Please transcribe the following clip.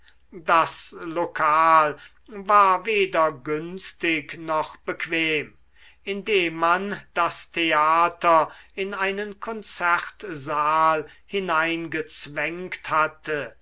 das lokal war weder günstig noch bequem indem man das theater in einen konzertsaal hineingezwängt hatte